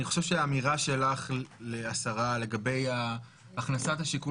אני חושב שהאמירה שלך השרה לגבי הכנסת השיקול